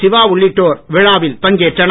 சிவா உள்ளிட்டோர் விழாவில் பங்கேற்றனர்